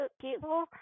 people